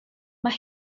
mae